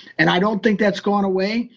and i don't think that's going away.